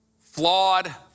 flawed